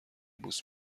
بوس